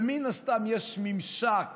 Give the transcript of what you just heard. ומן הסתם יש ממשק